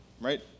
right